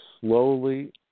slowly